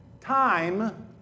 time